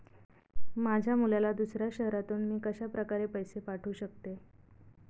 माझ्या मुलाला दुसऱ्या शहरातून मी कशाप्रकारे पैसे पाठवू शकते?